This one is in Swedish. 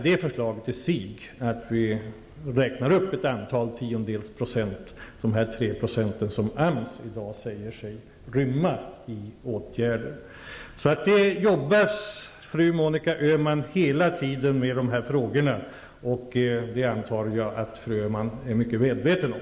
Det förslaget i sig innebär att de 3 % som AMS i dag säger sig kunna rymma i åtgärder räknas upp med ett antal tiondels procent. Det arbetas, fru Monica Öhman, hela tiden med dessa frågor, och det antar jag att fru Öhman är väl medveten om.